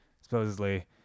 Supposedly